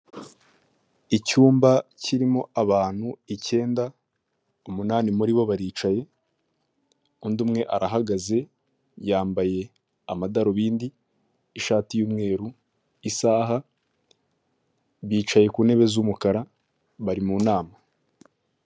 Icyumba kirimo abantu icyenda, umunani muri bo baricaye, undi umwe arahagaze yambaye amadarubindi n'ishati y'umweru, isaha, bicaye ku ntebe z'umukara, bari mu nama.